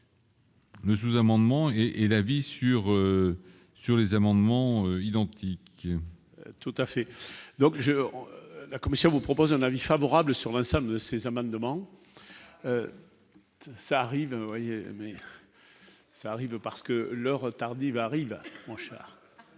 Ne sous-amendements et et la vie sur sur les amendements identiques. Tout à fait, donc j'ai la commission vous propose un avis favorable sur l'ensemble de ces amendements, ça arrive, ça arrive parce que l'heure tardive arrive pour